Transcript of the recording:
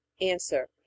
Answer